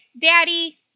Daddy